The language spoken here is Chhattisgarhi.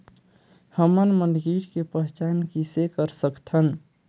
हमन मन कीट के पहचान किसे कर सकथन?